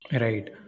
Right